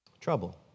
Trouble